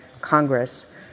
Congress